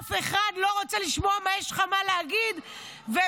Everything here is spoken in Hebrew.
אף אחד לא רוצה לשמוע מה יש לך להגיד --- למה?